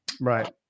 Right